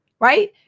right